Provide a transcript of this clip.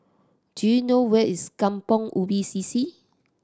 do you know where is Kampong Ubi C C